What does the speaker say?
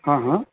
हां हां